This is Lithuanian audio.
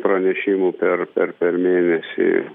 pranešimų per per per mėnesį